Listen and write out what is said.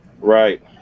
Right